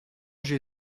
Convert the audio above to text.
j’ai